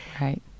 Right